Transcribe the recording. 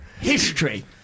history